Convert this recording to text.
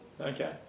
okay